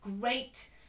great